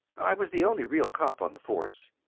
i was the only real cop on the force.